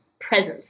presence